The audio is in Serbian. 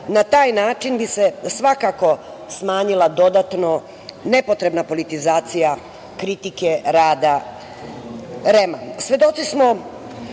Na taj način bi se svakako smanjila dodatno nepotrebna politizacija kritike rada